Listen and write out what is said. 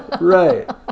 Right